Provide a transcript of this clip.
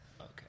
okay